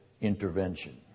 intervention